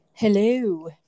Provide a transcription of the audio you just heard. Hello